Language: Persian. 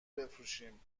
بفروشیم